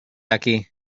aquí